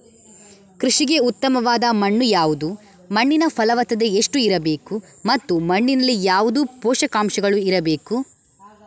ಕೃಷಿಗೆ ಉತ್ತಮವಾದ ಮಣ್ಣು ಯಾವುದು, ಮಣ್ಣಿನ ಫಲವತ್ತತೆ ಎಷ್ಟು ಇರಬೇಕು ಮತ್ತು ಮಣ್ಣಿನಲ್ಲಿ ಯಾವುದು ಪೋಷಕಾಂಶಗಳು ಇರಬೇಕು?